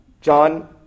John